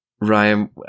Ryan